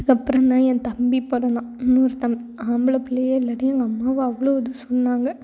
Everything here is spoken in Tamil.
அதுக்கப்புறம் தான் என் தம்பி பிறந்தான் இன்னொரு தம்பி ஆம்பளை பிள்ளையே இல்லாட்டியும் எங்கள் அம்மாவை அவ்வளோ இது சொன்னாங்க